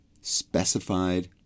specified